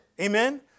Amen